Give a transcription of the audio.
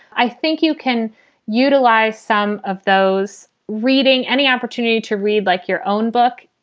i think you can utilize some of those reading any opportunity to read like your own book.